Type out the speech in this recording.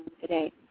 today